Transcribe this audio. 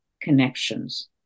connections